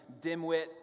dimwit